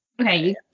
Okay